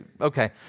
Okay